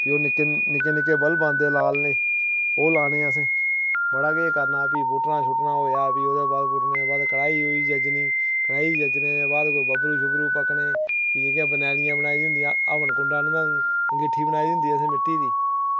फ्ही ओह् निक्के निक्के निक्के बल्ब औंदे लाल नेह् ओह् लाने असें बड़ा किश करना फ्ही बुटना शुटना होया फ्ही ओह्दे बाद बुटने दे बाद कड़ाही होई ज्जनी कड़ाही ज्जने दे बाद कोई बबरू शब्बरु पकन्ने फ्ही जेह्डकियां बनैलियां बनाई दियां होंदियां हवन कुंड आह्नना अंगीठी बनाई दी होंदी असें मिट्टी दी